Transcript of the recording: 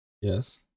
Yes